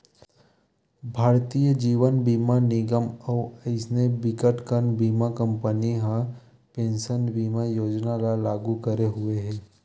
भारतीय जीवन बीमा निगन अउ अइसने बिकटकन बीमा कंपनी ह पेंसन बीमा योजना ल लागू करे हुए हे